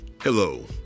Hello